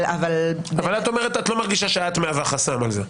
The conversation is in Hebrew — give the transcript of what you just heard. אבל את לא מרגישה שאת מהווה חסם על זה.